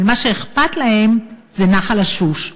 אבל מה שאכפת להם זה נחל עשוש.